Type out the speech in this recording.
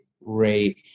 rate